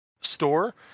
store